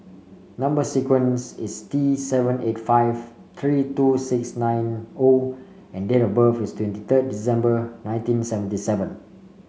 number sequence is T seven eight five three two six nine O and date of birth is twenty third December nineteen seventy seven